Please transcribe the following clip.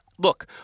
Look